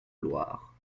loire